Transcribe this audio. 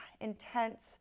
intense